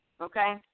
okay